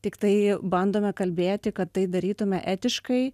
tik tai bandome kalbėti kad tai darytume etiškai